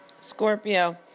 Scorpio